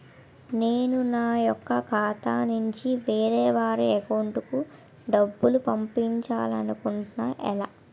నేను నా యెక్క ఖాతా నుంచి వేరే వారి అకౌంట్ కు డబ్బులు పంపించాలనుకుంటున్నా ఎలా?